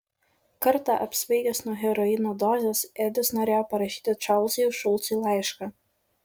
kartą apsvaigęs nuo heroino dozės edis norėjo parašyti čarlzui šulcui laišką